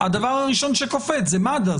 הדבר הראשון שקופץ זה מד"א,